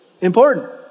Important